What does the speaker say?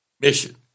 mission